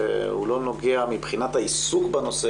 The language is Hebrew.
והוא לא נוגע מבחינת העיסוק בנושא.